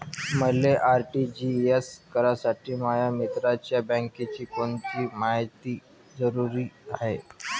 मले आर.टी.जी.एस करासाठी माया मित्राच्या बँकेची कोनची मायती जरुरी हाय?